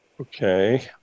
okay